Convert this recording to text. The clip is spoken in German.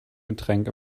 getränk